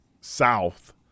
south